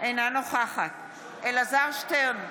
אינה נוכחת אלעזר שטרן,